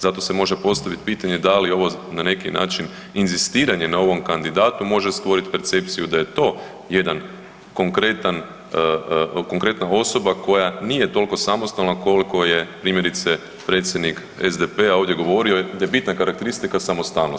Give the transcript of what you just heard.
Zato se može postavit pitanje da li ovo na neki način inzistiranje na ovom kandidatu može stvoriti percepciju da je to jedna konkretna osoba koja nije toliko samostalna koliko je primjerice predsjednik SDP-a ovdje govorio, da je bitna karakteristika samostalnost.